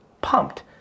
Pumped